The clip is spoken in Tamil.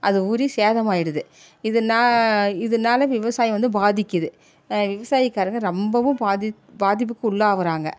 அது ஊறி சேதம் ஆயிடுது இது இதனால விவசாயம் வந்து பாதிக்குது விவசாயிக்காரங்க ரொம்பவும் பாதிப்புக்கு உள்ளாகுறாங்க